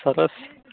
સરસ